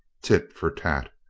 tit for tat.